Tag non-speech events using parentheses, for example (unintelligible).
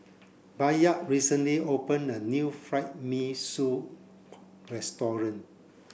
Bayard recently opened a new Fried Mee Sua (unintelligible) restaurant